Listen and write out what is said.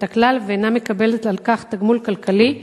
את הכלל ואינה מקבלת על כך תגמול כלכלי,